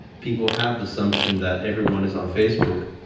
people have the assumption that everyone is on facebook.